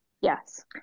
Yes